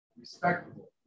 respectable